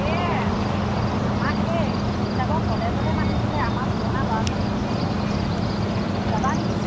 এই আমাক সেই শিৱসাগৰ কলেজলৈ মাতিছিলে আমাৰ পুৰণা ল'ৰা ছোৱালীখিনি যাবা নেকি